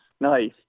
Nice